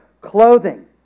clothing